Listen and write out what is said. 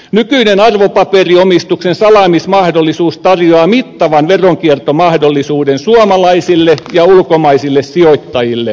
nykyinen arvopaperiomistuksen salaamismahdollisuus tarjoaa mittavan veronkiertomahdollisuuden suomalaisille ja ulkomaisille sijoittajille